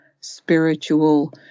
spiritual